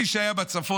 מי שהיה בצפון,